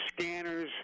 scanners